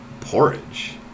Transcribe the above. Porridge